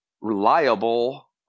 reliable